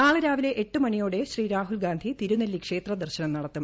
നാളെ രാവിലെ എട്ടുമണിയോടെ ശ്രീ രാഹുൽ ഗാന്ധി തിരുനെല്ലി ക്ഷേത്രദർശനം നടത്തും